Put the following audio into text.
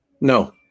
No